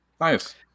nice